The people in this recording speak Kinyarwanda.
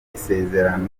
isezerano